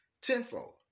tenfold